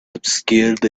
obscured